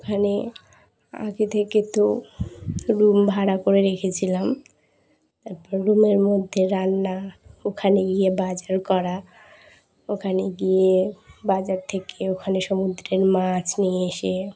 ওখানে আগে থেকে তো রুম ভাড়া করে রেখেছিলাম তারপর রুমের মধ্যে রান্না ওখানে গিয়ে বাজার করা ওখানে গিয়ে বাজার থেকে ওখানে সমুদ্রের মাছ নিয়ে এসে